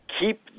keep